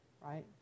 right